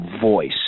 voice